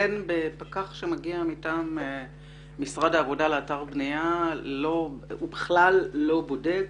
פקח שמגיע מטעם משרד העבודה לאתר בניה הוא בכלל לא בודק